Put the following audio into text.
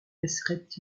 laisserait